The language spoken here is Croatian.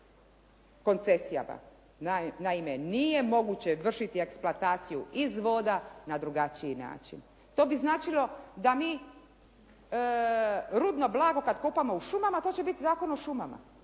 koncesijama. Naime, nije moguće vršiti eksploataciju iz voda na drugačiji način. To bi značilo da mi rudno blago kada kopamo u šumama, to će biti Zakon o šumama,